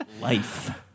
Life